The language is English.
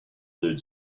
nude